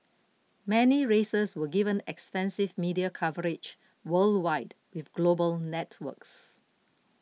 many races were given extensive media coverage worldwide with global networks